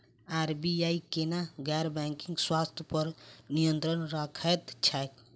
RBI केना गैर banking संस्था पर नियत्रंण राखैत छैक?